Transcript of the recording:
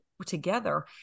Together